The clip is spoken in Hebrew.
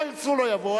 לא ירצו לא יבואו,